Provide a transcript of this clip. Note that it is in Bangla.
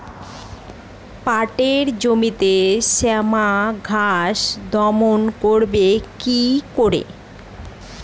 পাটের জমিতে শ্যামা ঘাস দমন করবো কি করে?